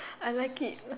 I like it